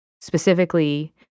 specifically